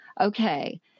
okay